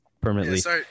permanently